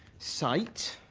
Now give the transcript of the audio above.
sight,